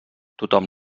tothom